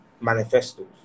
manifestos